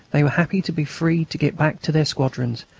they were happy to be free to get back to their squadrons,